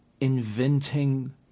inventing